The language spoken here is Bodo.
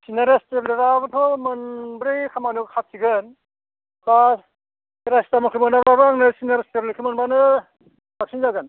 सिनारेस्ट टेब्लेटआबोथ मोनब्रै खामानियाव खाथिगोन प्लास पेरासथामुलखौ मोनाबाबो आंनो सिनारेस्ट टेब्लेखो मोनबानो साबसिन जागोन